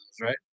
right